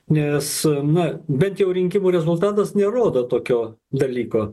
nes na bent jau rinkimų rezultatas nerodo tokio dalyko